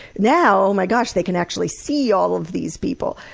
now, oh my gosh, they can actually see all of these people!